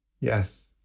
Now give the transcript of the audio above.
Yes